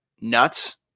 nuts